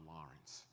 Lawrence